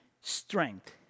strength